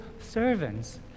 servants